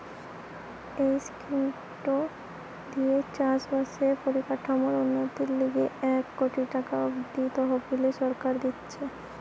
এই স্কিমটো দিয়ে চাষ বাসের পরিকাঠামোর উন্নতির লিগে এক কোটি টাকা অব্দি তহবিল সরকার দিতেছে